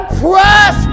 press